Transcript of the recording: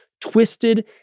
twisted